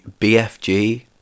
BFG